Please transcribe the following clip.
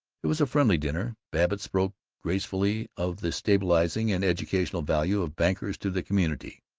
it was a friendly dinner. babbitt spoke gracefully of the stabilizing and educational value of bankers to the community.